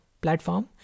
platform